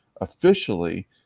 officially